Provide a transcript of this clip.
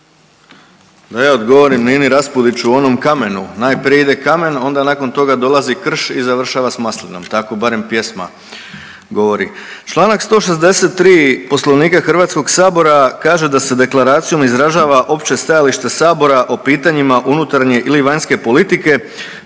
Da ja odgovorim Nini Raspudiću o onom kamenu, najprije ide kamen, onda nakon toga dolazi krš i završava s maslinom, tako barem pjesma govori. Čl. 163. Poslovnika HS kaže da se deklaracijom izražava opće stajalište sabora o pitanjima unutarnje ili vanjske politike,